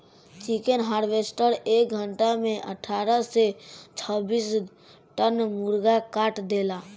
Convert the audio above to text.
chicken harvester एक घंटा में अठारह से छब्बीस टन मुर्गा काट देला